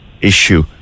issue